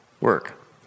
work